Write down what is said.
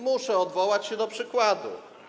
Muszę odwołać się do przykładu.